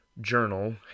journal